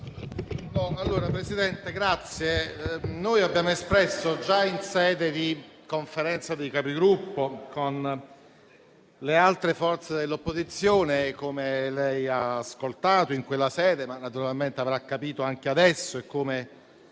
Signor Presidente, abbiamo espresso già in sede di Conferenza dei Capigruppo con le altre forze dell'opposizione, come lei ha ascoltato in quella sede e come naturalmente avrà capito anche adesso e come